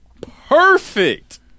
perfect